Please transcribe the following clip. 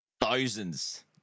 Thousands